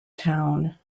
town